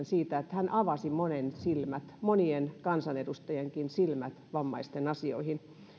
siitä että hän avasi monen silmät monien kansanedustajienkin silmät vammaisten asioihin